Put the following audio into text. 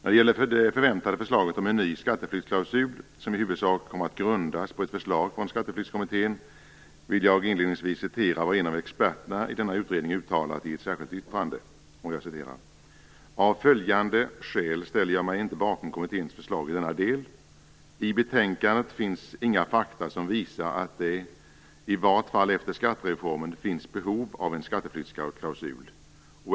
I fråga om det förväntade förslaget om en ny skatteflyktsklausul, som i huvudsak kommer att grundas på ett förslag från Skatteflyktskommittén, vill jag inledningsvis citera vad en av experterna i denna utredning uttalar i ett särskilt yttrande: "Av följande skäl ställer jag mig inte bakom kommitténs förslag i denna del. I betänkandet finns inga fakta som visar att det - i vart fall efter skattereformen - finns behov av en skatteflyktsklausul.